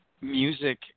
music